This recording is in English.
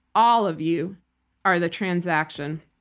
all of you are the transaction.